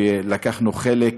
ולקחנו חלק.